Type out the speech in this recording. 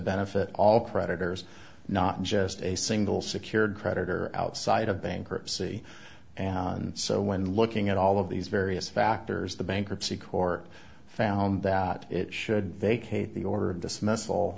benefit all creditors not just a single secured creditor outside of bankruptcy and so when looking at all of these various factors the bankruptcy court found that it should vacate the order of dismiss